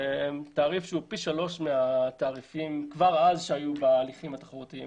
זה תעריף גדול פי שלושה מהתעריפים שהיו אז בהליכים התחרותיים.